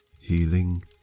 healing